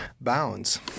Bounds